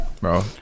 bro